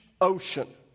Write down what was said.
ocean